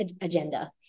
agenda